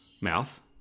mouth